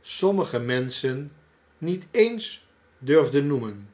sommige menschen niet eens durfden noemen